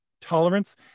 tolerance